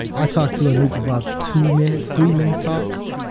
i talked to anoop about two minutes, three minutes tops,